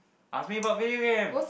ask me about video games